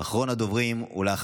אינו נוכח,